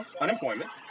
unemployment